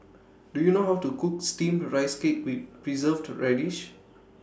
Do YOU know How to Cook Steamed Rice Cake with Preserved Radish